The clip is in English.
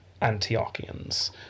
Antiochians